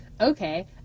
okay